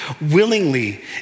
willingly